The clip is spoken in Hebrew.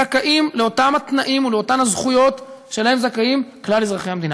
זכאים לאותם התנאים ולאותן הזכויות שלהם זכאים כלל אזרחי המדינה.